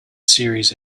series